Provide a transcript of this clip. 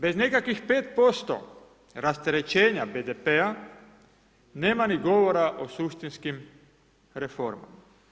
Bez nekakvih 5% rasterećenja BDP-a nema ni govora o suštinskim reformama.